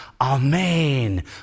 amen